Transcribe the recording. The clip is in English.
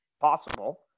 possible